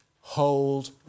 Hold